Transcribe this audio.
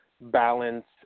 balance